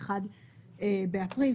ב-1 באפריל,